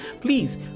please